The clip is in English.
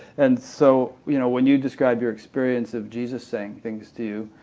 and so you know when you describe your experience of jesus saying things to you,